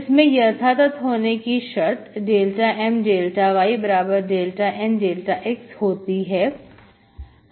इसमें यथातथ होने की शर्त ∂M∂y∂N∂x होती है